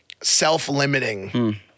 self-limiting